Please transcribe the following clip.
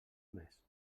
més